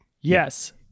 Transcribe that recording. Yes